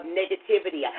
negativity